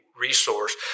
resource